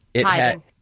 tithing